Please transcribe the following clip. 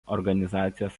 organizacijos